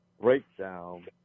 breakdown